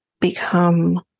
become